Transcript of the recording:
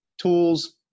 tools